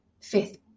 fifth